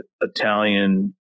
Italian